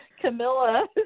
Camilla